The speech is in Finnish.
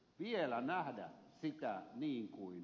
siinä on se pointti